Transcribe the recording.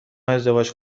ازدواج